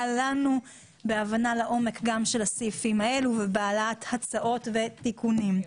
לנו בהבנה לעומק גם של הסעיפים האלה ובהעלאת הצעות ותיקונים.